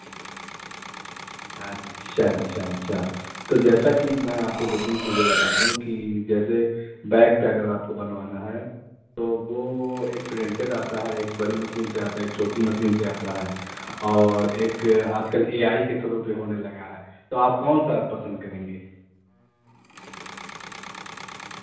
اچھا اچھا اچھا تو جیسا کہ میں آپ کو دو تین چیزیں بتا دوں کہ جیسے بیگ پہ اگر آپ کو بنوانا ہے تو وہ ایک پرنٹڈ آتا ہے ایک بڑی مشین سے آتا ہے ایک چھوٹی مشین سے آتا ہے اور ایک آج کل اے آئی کے تھرو بھی ہونے لگا ہے تو آپ کون سا آپ پسند کریں گے